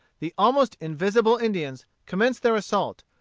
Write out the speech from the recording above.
the almost invisible indians commenced their assault,